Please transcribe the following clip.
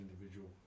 individual